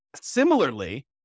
Similarly